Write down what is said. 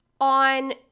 on